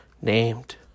named